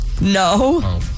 No